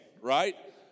right